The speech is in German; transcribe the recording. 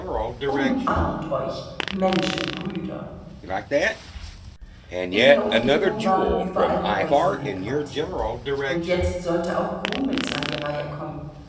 umarmt euch menschenbrüder in der umgebung waren überall preußen einquartiert und jetzt sollte auch grumitz an die reihe kommen